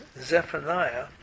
Zephaniah